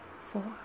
four